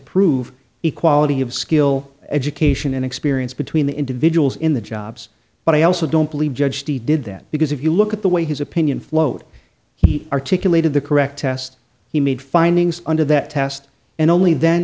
prove equality of skill education and experience between the individuals in the jobs but i also don't believe judge he did that because if you look at the way his opinion float he articulated the correct test he made findings under that test and only then